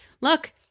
look